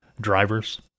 drivers